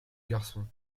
garçon